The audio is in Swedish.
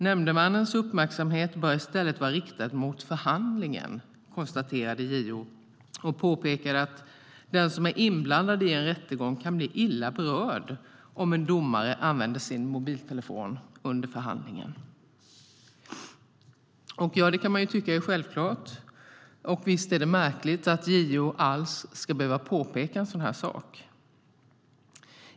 Nämndemannens uppmärksamhet bör i stället vara riktad mot förhandlingen, konstaterade JO och påpekade att den som är inblandad i en rättegång kan bli illa berörd om en domare använder sin mobiltelefon under förhandlingen. Ja, det kan man tycka är självklart. Och visst är det märkligt att JO alls ska behöva påpeka en sådan sak.